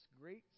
great